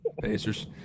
Pacers